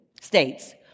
states